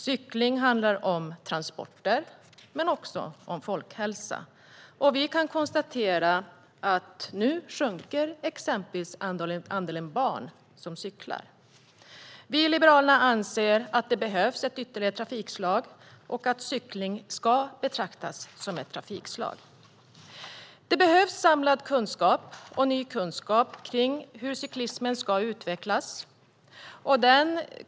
Cykling handlar om transporter, men också om folkhälsa. Vi kan konstatera att exempelvis andelen barn som cyklar nu sjunker. Vi i Liberalerna anser att det behövs ett ytterligare trafikslag och att cykling ska betraktas som ett sådant. Det behövs samlad och ny kunskap kring hur cyklismen ska utvecklas.